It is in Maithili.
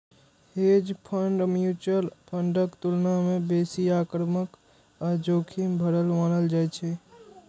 हेज फंड म्यूचुअल फंडक तुलना मे बेसी आक्रामक आ जोखिम भरल मानल जाइ छै